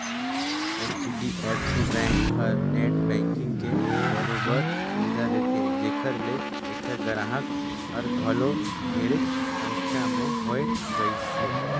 HDFC bank हर net banking के बरोबर सुबिधा देथे जेखर ले ऐखर गराहक हर घलो ढेरेच संख्या में होए गइसे